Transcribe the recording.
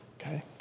Okay